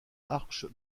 arche